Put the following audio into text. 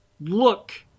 look